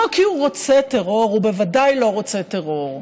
לא כי הוא רוצה טרור, הוא בוודאי לא רוצה טרור,